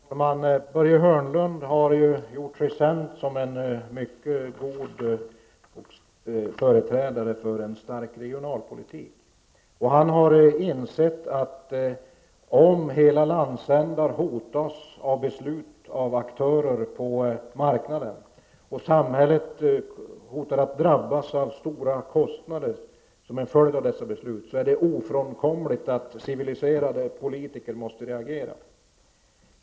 Herr talman! Börje Hörnlund har gjort sig känd som en mycket god företrädare för en stark regionalpolitik. Han har insett att om hela landsändar hotas av beslut av aktörer på marknaden och samhället hotar att drabbas av höga kostnader som en följd av dessa beslut, så är det ofrånkomligt att civiliserade politiker måste reagera.